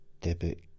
debit